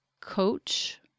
coach